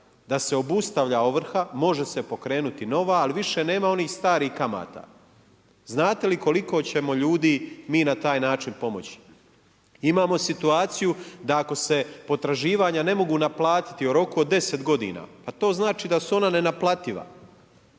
da se obustavlja ovrha, može se pokrenuti nova, ali više nema onih starih kamata. Znate li koliko ćemo ljudi mi na taj način pomoći? Imamo situaciju da ako se potraživanja ne mogu naplatiti u roku od 10 godina, a to znači da su ona nenaplativa.